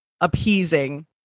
appeasing